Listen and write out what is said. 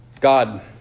God